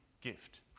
gift